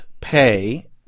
pay